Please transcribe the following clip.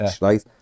right